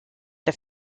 his